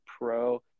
pro